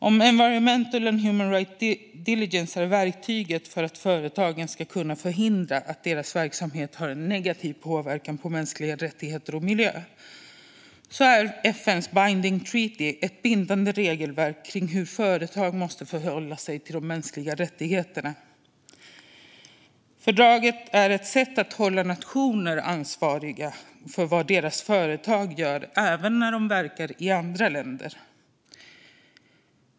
Om environmental and human rights due diligence är verktyget för att företagen ska förhindra att deras verksamhet har en negativ påverkan på mänskliga rättigheter och miljö är FN:s binding treaty ett bindande regelverk för hur företag måste förhålla sig till de mänskliga rättigheterna. Fördraget är ett sätt att hålla nationer ansvariga för vad deras företag gör även när de verkar i andra länder.